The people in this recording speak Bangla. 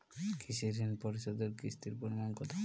কৃষি ঋণ পরিশোধের কিস্তির পরিমাণ কতো?